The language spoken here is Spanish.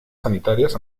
sanitarias